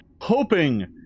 hoping